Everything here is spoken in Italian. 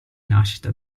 nascita